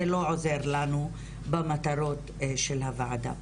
זה לא עוזר לנו במטרות של הוועדה.